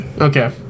okay